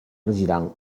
regiran